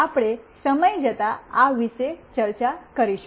આપણે સમય જતાં આ વિશે ચર્ચા કરીશું